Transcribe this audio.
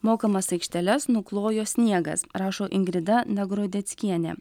mokamas aikšteles nuklojo sniegas rašo ingrida nagrodeckienė